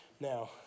now